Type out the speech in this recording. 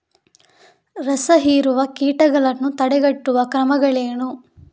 ರಸಹೀರುವ ಕೀಟಗಳನ್ನು ತಡೆಗಟ್ಟುವ ಕ್ರಮಗಳೇನು?